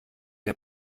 der